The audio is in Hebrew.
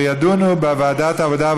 ושידונו בה בוועדת העבודה,